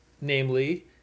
namely